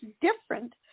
different